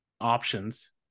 options